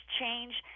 change